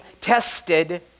tested